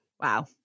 Wow